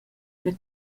che